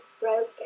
broken